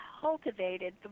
cultivated